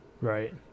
Right